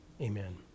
amen